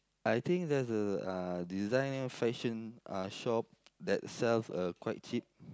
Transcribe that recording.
I think there's a uh designer fashion uh shop that sells uh quite cheap